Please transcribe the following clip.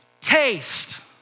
Taste